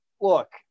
look